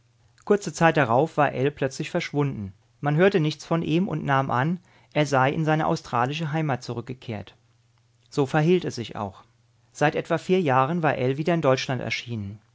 kurze zeit darauf war ell plötzlich verschwunden man hörte nichts von ihm und nahm an er sei in seine australische heimat zurückgekehrt so verhielt es sich auch seit etwa vier jahren war ell wieder in deutschland erschienen